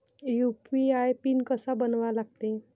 UPI PIN कसा बनवा लागते?